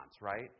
right